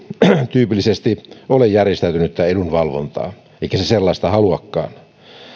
tyypillisesti ole järjestäytynyttä edunvalvontaa eivätkä ne sellaista haluakaan